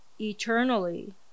eternally